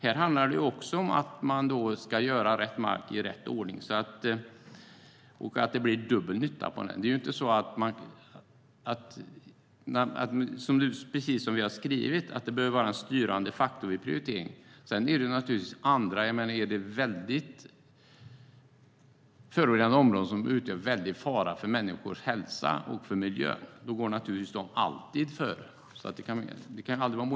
Här handlar det också om att sanera mark i rätt ordning och att det sedan blir dubbel nytta av marken. Precis som vi har skrivit bör det vara en styrande faktor i prioriteringen. Men om det är fråga om mycket förorenade områden som utgör en stor fara för människors hälsa och för miljön går naturligtvis de områdena alltid före.